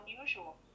unusual